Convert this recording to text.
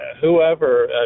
whoever